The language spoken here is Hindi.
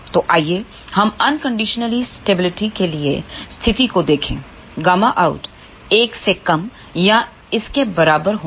तो आइए हम अनकंडीशनल स्टेबिलिटी के लिए स्थिति को देखें Γout 1 से कम या इसके बराबर होना चाहिए